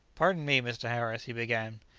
pardon me, mr. harris, he began,